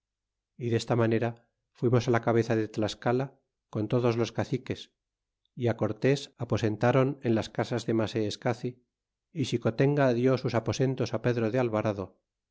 y testa manera fuimos la cabeza de tlascala con todos los caciques y cortés aposentron en las casas de maseescaci y xicotenga di sus aposentos pedro de alvarado